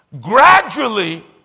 Gradually